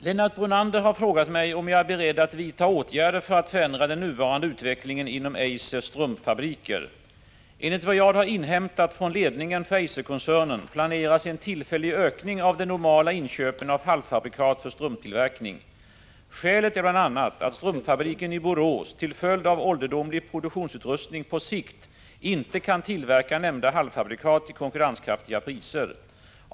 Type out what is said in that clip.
Herr talman! Lennart Brunander har frågat mig om jag är beredd att vidta åtgärder för att förändra den nuvarande utvecklingen inom Eisers strumpfabriker. Enligt vad jag har inhämtat från ledningen för Eiserkoncernen planeras en tillfällig ökning av de normala inköpen av halvfabrikat för strumptillverkning. Skälet är bl.a. att strumpfabriken i Borås till följd av ålderdomlig produktionsutrustning på sikt inte kan tillverka nämnda halvfabrikat till konkurrenskraftiga priser.